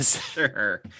Sure